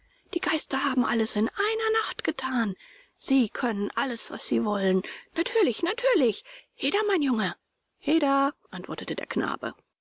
die geister haben alles in einer nacht gethan sie können alles was sie wollen natürlich natürlich heda mein junge heda antwortete der knabe